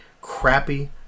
crappy